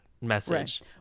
message